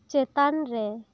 ᱪᱮᱛᱟᱱ ᱨᱮ